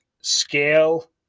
scale